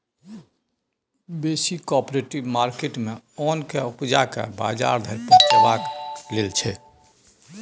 बेसी cooperative market मे ओन केँ उपजाए केँ बजार धरि पहुँचेबाक लेल छै